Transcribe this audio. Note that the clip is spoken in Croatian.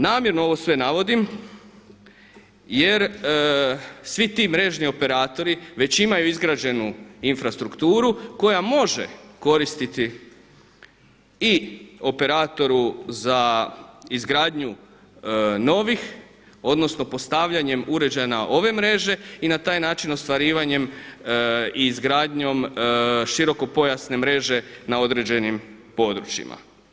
Namjerno ovo sve navodim jer svi ti mrežni operatori već imaju izgrađenu infrastrukturu koja može koristiti i operatoru za izgradnju novih odnosno postavljanjem uređaja na ove mreže i na taj način ostvarivanjem i izgradnjom širokopojasne mreže na određenim područjima.